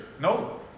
No